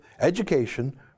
education